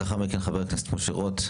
לאחר מכן חבר הכנסת משה רוט.